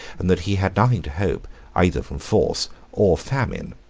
and that he had nothing to hope either from force or famine.